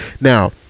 Now